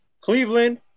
Cleveland